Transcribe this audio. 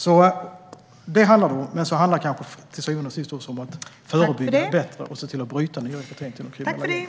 Till syvende och sist handlar det om att förebygga bättre och att bryta nyrekryteringen till de kriminella gängen.